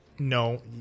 No